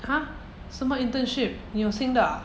!huh! 什么 internship 你有新的 ah